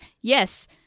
Yes